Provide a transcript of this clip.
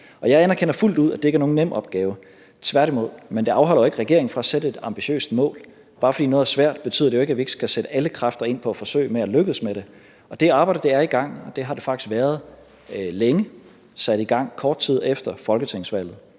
Jeg anerkender fuldt ud, at det ikke er nogen nem opgave, tværtimod, men det afholder jo ikke regeringen fra at sætte et ambitiøst mål. Bare fordi noget er svært, betyder det jo ikke, at vi ikke skal sætte alle kræfter ind på at forsøge at lykkes med det. Det arbejde er i gang, og det har det faktisk været længe. Det blev sat i gang kort tid efter folketingsvalget.